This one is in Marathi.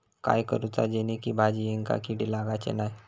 काय करूचा जेणेकी भाजायेंका किडे लागाचे नाय?